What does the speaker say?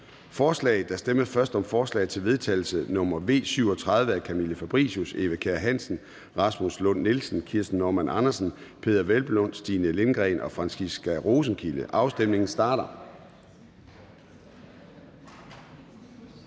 forslag. Der stemmes først om forslag til vedtagelse nr.